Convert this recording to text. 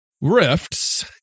Rifts